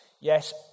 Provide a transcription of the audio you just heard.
yes